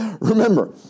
Remember